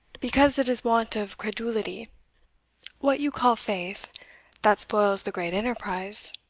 because it is want of credulity what you call faith that spoils the great enterprise.